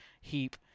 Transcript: heap